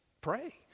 pray